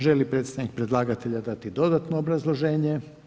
Želi li predstavnik predlagatelja dati dodatno obrazloženje?